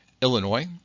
Illinois